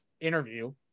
interview